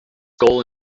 goal